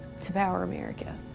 to power america.